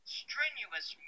strenuous